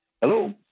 Hello